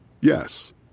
Yes